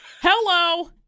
Hello